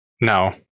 No